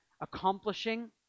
accomplishing